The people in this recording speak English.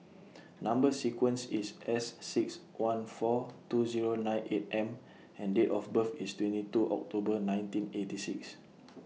Number sequence IS S six one four two Zero nine eight M and Date of birth IS twenty two October nineteen eighty six